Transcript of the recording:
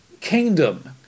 kingdom